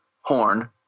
horn